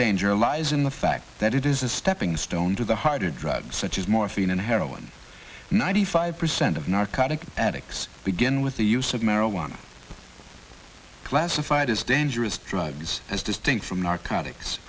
danger lies in the fact that it is a stepping stone to the harder drugs such as morphine and heroin ninety five percent of narcotic addicts begin with the use of marijuana classified as dangerous drugs as distinct from narcotics